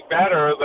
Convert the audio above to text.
better